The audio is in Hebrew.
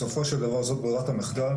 בסופו של דבר זאת ברירת המחדל,